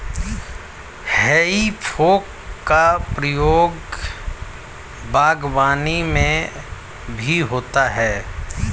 हेइ फोक का प्रयोग बागवानी में भी होता है